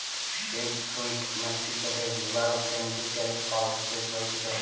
egg fruit মেক্সিকোতে যুগাল ক্যান্টিসেল ফল হিসেবে পরিচিত